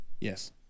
Yes